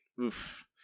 oof